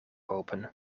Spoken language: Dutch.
open